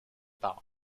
par